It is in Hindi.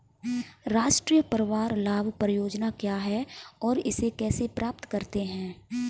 राष्ट्रीय परिवार लाभ परियोजना क्या है और इसे कैसे प्राप्त करते हैं?